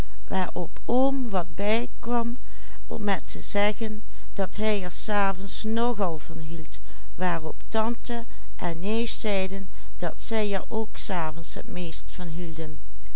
met te zeggen dat hij er s avonds nogal van hield waarop tante en neef zeiden dat zij er ook s avonds het meest van hielden